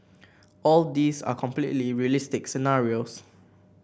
all these are completely realistic scenarios